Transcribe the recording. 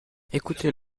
écoutez